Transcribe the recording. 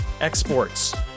exports